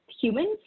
humans